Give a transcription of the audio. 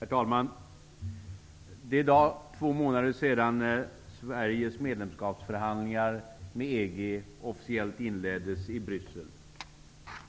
Herr talman! Det är i dag två månader sedan officiellt inleddes i Bryssel.